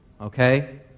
Okay